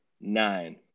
nine